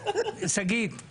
שגית,